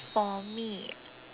for me